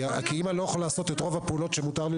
כי אם אני לא יכול לעשות את רוב הפעולות שמותר לי